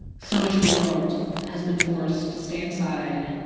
so much of the world has been forced to stay inside,